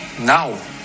now